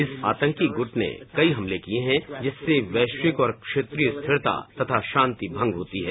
इस आतंकी गुट ने कई हमले किये हैं जिससे वैस्विक और क्षेत्रीय स्थिरता तथा शांति भंग होती है